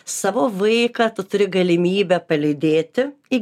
savo vaiką tu turi galimybę palydėti į